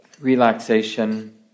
relaxation